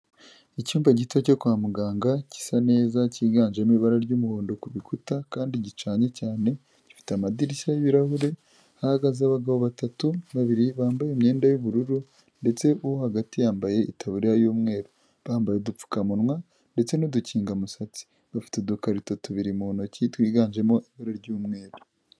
Icyumba gito cyo kwa muganga, gisa neza, kiganjemo ibara ry'umuhondo ku rukuta kandi gicanye cyane, gifite amadirishya y'ibirahure, hahagaze abagabo batatu, babiri bambaye imyenda y'ubururu ndetse uwo hagati yambaye itaburiya y'umweru. Bambaye udupfukamunwa ndetse n'udukingamusatsi, bafite udukarito tubiri mu ntoki, twiganjemo ibara ry'umweru.